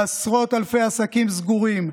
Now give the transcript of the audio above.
לעשרות אלפי עסקים סגורים,